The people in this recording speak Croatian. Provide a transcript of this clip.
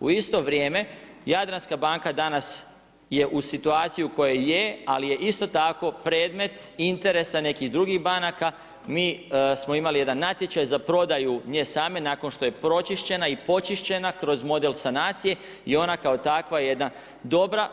U isto vrijeme Jadranska banka danas je u situaciji kojoj je, ali je isto tako predmet interesa nekih drugih banaka, mi smo imali jedna natječaj za prodaju nje same nakon što je pročišćena i počišćena kroz model sanacije i ona kao takva je jedna dobra